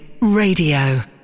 Radio